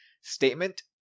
statement